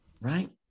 Right